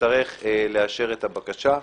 נצטרך לאשר את הבקשה.